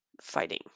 fighting